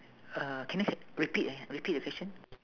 uh can you can repeat uh repeat the question